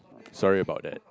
sorry about that